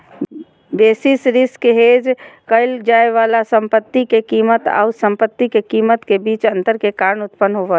basis risk hedge क़इल जाय वाला संपत्ति के कीमत आऊ संपत्ति के कीमत के बीच अंतर के कारण उत्पन्न होबा हइ